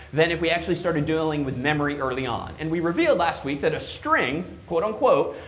than if we actually started dealing with memory early on. and we revealed last week that a string, quote, unquote,